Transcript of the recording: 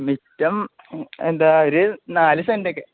മുറ്റം എന്താണ് ഒരു നാല് സെൻറ്റൊക്കെ